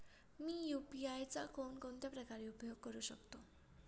मी UPI चा कोणकोणत्या प्रकारे उपयोग करू शकतो?